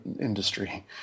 industry